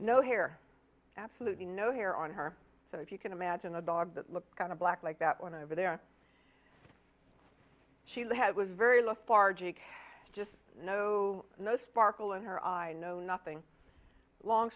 no hair absolutely no hair on her so if you can imagine a dog that looks kind of black like that one over there she was very lost bargee just no no sparkle in her eye no nothing long